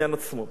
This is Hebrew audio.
אדוני השר,